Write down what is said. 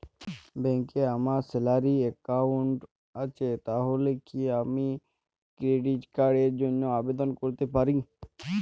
ব্যাংকে আমার salary account আছে তাহলে কি আমি ক্রেডিট কার্ড র জন্য আবেদন করতে পারি?